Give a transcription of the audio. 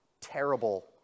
Terrible